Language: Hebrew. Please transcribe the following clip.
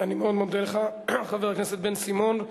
אני מאוד מודה לך, חבר הכנסת בן-סימון.